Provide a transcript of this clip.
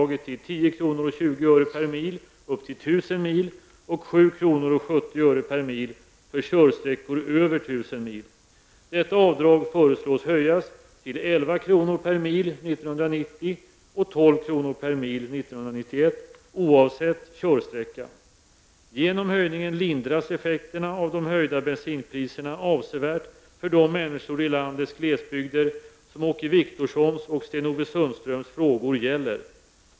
Genom höjningen lindras effekterna av de höjda bensinpriserna avsevärt för de människor i landets glesbygder som Åke Wictorssons och Sten-Ove Sundströms frågor gäller.